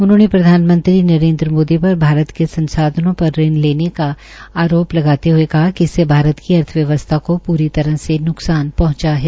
उन्होंने प्रधानमंत्री नरेन्द्र मोदी पर भारत के संसाधनों पर ऋण लेने का आरोप लगाते हये कहा कि इससे भारत की अर्थव्यवस्था को पूरी तरह से न्कसान पहंचा है